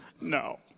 no